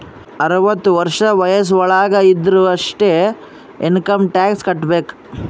ಅರ್ವತ ವರ್ಷ ವಯಸ್ಸ್ ವಳಾಗ್ ಇದ್ದೊರು ಅಷ್ಟೇ ಇನ್ಕಮ್ ಟ್ಯಾಕ್ಸ್ ಕಟ್ಟಬೇಕ್